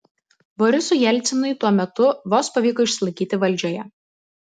borisui jelcinui tuo metu vos pavyko išsilaikyti valdžioje